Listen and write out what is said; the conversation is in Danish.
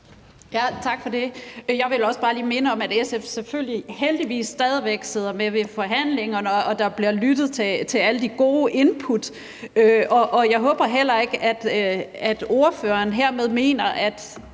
Jeg ville også bare lige minde om, at SF selvfølgelig – heldigvis – stadig væk sidder med i forhandlingerne, og at der bliver lyttet til alle de gode input. Og jeg håber heller ikke, at ordføreren hermed mener, at